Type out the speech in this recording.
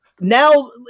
now